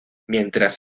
mientras